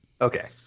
Okay